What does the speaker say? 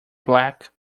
black